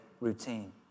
routine